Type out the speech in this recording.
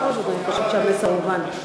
בכל זאת, אני חושבת שהמסר הובן.